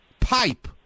pipe